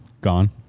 gone